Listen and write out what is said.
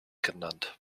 genannt